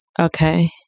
Okay